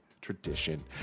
tradition